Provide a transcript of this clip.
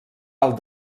alt